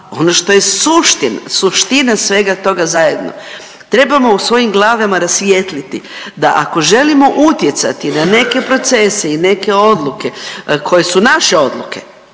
ono što je suština, suština sve toga zajedno trebamo u svojim glavama rasvijetliti da ako želimo utjecati na neke procese i neke odluke koje su naše odluke,